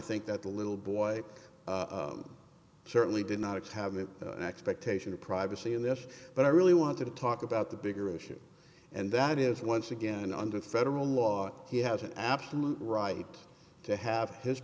think that the little boy certainly did not have an expectation of privacy in this but i really want to talk about the bigger issue and that is once again under federal law he has an absolute right to have his